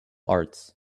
arts